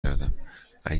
کردم؟ اگه